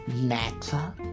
matter